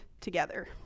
together